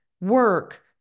work